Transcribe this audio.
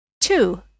Two